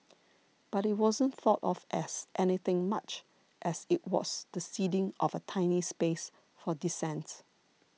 but it wasn't thought of as anything much as it was the ceding of a tiny space for dissent